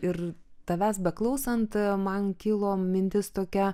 ir tavęs beklausant man kilo mintis tokia